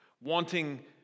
wanting